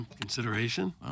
consideration